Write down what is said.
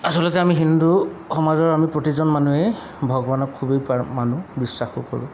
আচলতে আমি হিন্দু সমাজৰ আমি প্ৰতিজন মানুহেই ভগৱানক খুবেই মানো বিশ্বাসো কৰোঁ